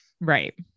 Right